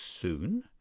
soon